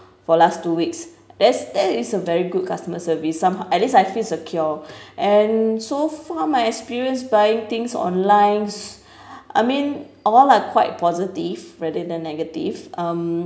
for last two weeks there's that is a very good customer service some at least I feel secure and so far my experience buying things online I mean all are quite positive rather than negative um